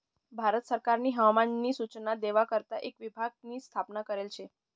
भारत सरकारनी हवामान नी सूचना देवा करता एक विभाग नी स्थापना करेल शे